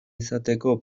izateko